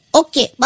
okay